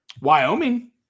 Wyoming